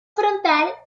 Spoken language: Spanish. frontal